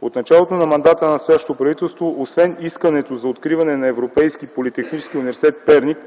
От началото на мандата на настоящото правителство, освен искането за откриване на Европейски политехнически университет в Перник,